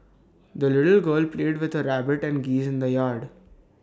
the little girl played with her rabbit and geese in the yard